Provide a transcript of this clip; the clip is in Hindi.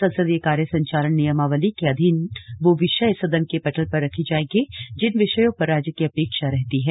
संसदीय कार्य संचालन नियमावली के अधीन वो विषय सदन के पटल पर रखे जायेंगे जिन विषयों पर राज्य की अपेक्षा रहती है